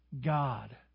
God